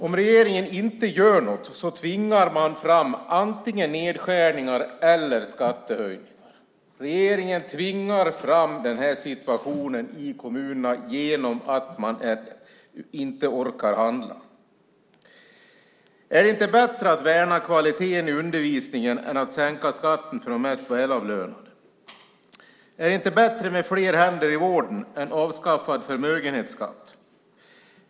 Om regeringen inte gör något tvingar man fram antingen nedskärningar eller skattehöjningar. Regeringen tvingar fram den här situationen i kommunerna genom att man inte orkar handla. Är det inte bättre att värna kvaliteten i undervisningen än att sänka skatten för de mest välavlönade? Är det inte bättre med fler händer i vården än avskaffad förmögenhetsskatt?